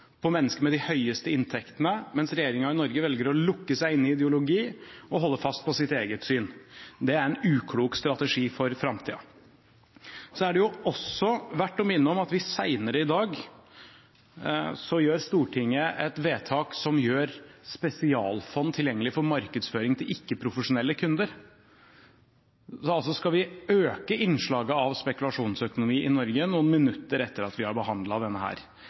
på mennesker med de høyeste inntektene, mens regjeringen i Norge velger å lukke seg inn i ideologi og holde fast på sitt eget syn. Det er en uklok strategi for framtiden. Det er også verdt å minne om at Stortinget senere i dag gjør et vedtak som gjør spesialfond tilgjengelig for markedsføring til ikke-profesjonelle kunder. Man skal altså øke innslaget av spekulasjonsøkonomi i Norge noen minutter etter at vi har behandlet denne